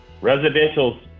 residential